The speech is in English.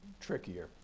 trickier